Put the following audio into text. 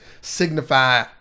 signify